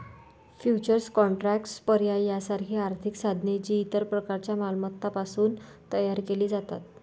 futures contracts, पर्याय यासारखी आर्थिक साधने, जी इतर प्रकारच्या मालमत्तांपासून तयार केली जातात